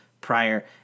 prior